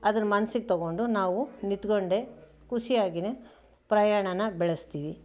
ಅದನ್ನು ಮನಸ್ಸಿಗೆ ತಗೊಂಡು ನಾವು ನಿತ್ಕೊಂಡೆ ಖುಷಿಯಾಗಿನೇ ಪ್ರಯಾಣಾನ ಬೆಳೆಸ್ತೀವಿ